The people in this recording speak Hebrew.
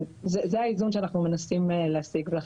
זה לא חצי דיון ולא רבע דיון אלא זה